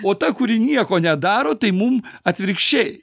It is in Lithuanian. o ta kuri nieko nedaro tai mum atvirkščiai